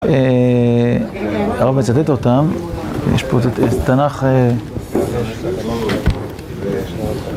הרב מצטט אותם, יש פה תנ״ך